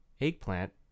eggplant